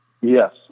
Yes